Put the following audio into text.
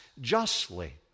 justly